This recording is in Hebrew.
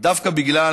דווקא בגלל,